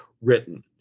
written